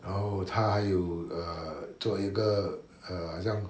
然后他还有 err 做一个 err 好像